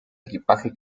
equipaje